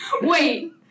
Wait